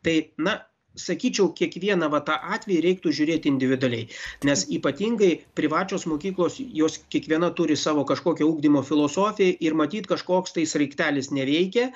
tai na sakyčiau kiekvieną va tą atvejį reiktų žiūrėt individualiai nes ypatingai privačios mokyklos jos kiekviena turi savo kažkokią ugdymo filosofiją ir matyt kažkoks tai sraigtelis neveikia